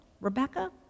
Rebecca